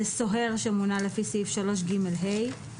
סוהר שמונה לפי סעיף 3ג(ה); "מוקדן"